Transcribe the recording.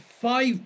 five